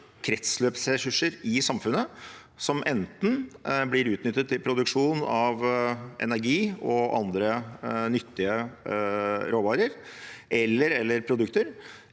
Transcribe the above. kretsløpsressurser i samfunnet som enten blir utnyttet til produksjon av energi og andre nyttige råvarer eller produkter,